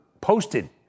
posted